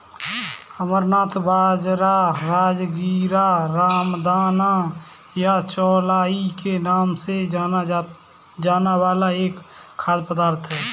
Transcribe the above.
अमरनाथ बाजरा, राजगीरा, रामदाना या चौलाई के नाम से जाना जाने वाला एक खाद्य पदार्थ है